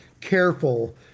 careful